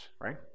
right